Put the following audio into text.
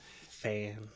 fan